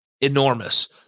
enormous